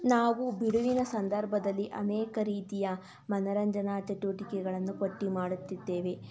ನಾವು ಬಿಡುವಿನ ಸಂದರ್ಭದಲ್ಲಿ ಅನೇಕ ರೀತಿಯ ಮನರಂಜನಾ ಚಟುವಟಿಕೆಗಳನ್ನು ಪಟ್ಟಿ ಮಾಡುತ್ತಿದ್ದೇವೆ